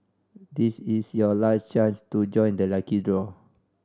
this is your last chance to join the lucky draw